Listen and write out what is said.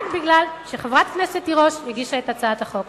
בגלל שחברת הכנסת תירוש הגישה את הצעת החוק.